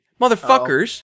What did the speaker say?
motherfuckers